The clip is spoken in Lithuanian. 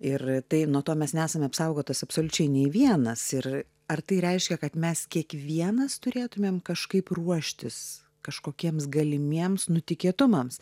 ir tai nuo to mes nesame apsaugotas absoliučiai nei vienas ir ar tai reiškia kad mes kiekvienas turėtumėm kažkaip ruoštis kažkokiems galimiems nutikėtumams